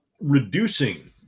Reducing